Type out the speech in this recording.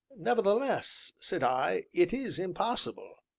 nevertheless, said i, it is impossible.